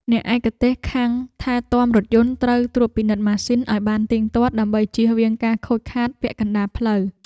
អ្នកឯកទេសខាងការថែទាំរថយន្តត្រូវត្រួតពិនិត្យម៉ាស៊ីនឱ្យបានទៀងទាត់ ដើម្បីជៀសវាងការខូចខាតពាក់កណ្តាលផ្លូវ។